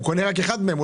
הוא קונה רק אחד מהם.